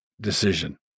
decision